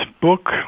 book